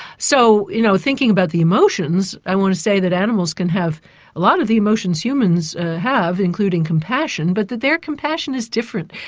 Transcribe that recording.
so you know thinking about the emotions, i want to say that animals can have a lot of the emotions humans have, including compassion, but that their compassion is different.